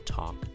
talk